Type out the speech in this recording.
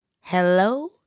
hello